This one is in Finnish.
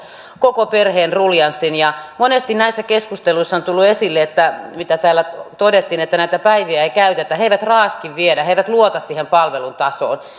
koko perheen ruljanssin monesti näissä keskusteluissa on tullut esille mitä täällä todettiin että näitä päiviä ei käytetä he eivät raaski viedä he eivät luota siihen palvelun tasoon